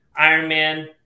Ironman